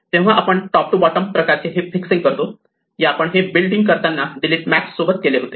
तेव्हा आपण top to bottom प्रकारचे हिप फिक्सिंग करतो जे आपण हिप बिल्डिंग करताना डिलीट मॅक्स सोबत केले होते